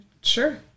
Sure